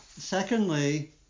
Secondly